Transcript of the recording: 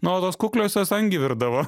na o tos kukliosios angį virdavo